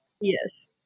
Yes